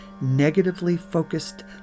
negatively-focused